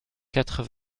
quatre